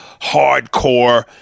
hardcore